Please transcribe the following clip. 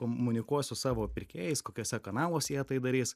komunikuos su savo pirkėjais kokiuose kanaluos jie tai darys